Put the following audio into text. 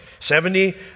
Seventy